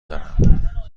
دارم